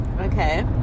okay